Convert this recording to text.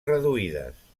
reduïdes